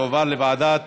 התשע"ו 2016, לוועדת